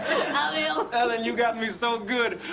ah and you got me so good.